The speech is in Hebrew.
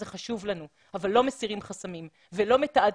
זה חשוב לנו אבל לא מסירים חסמים ולא מתעדפים,